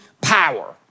power